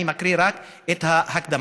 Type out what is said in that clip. אני מקריא רק את ההקדמה: